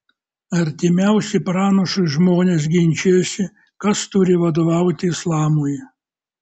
artimiausi pranašui žmonės ginčijosi kas turi vadovauti islamui